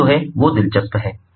अब जो है वो दिलचस्प है